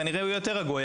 כנראה הוא יהיה יותר רגוע,